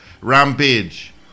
Rampage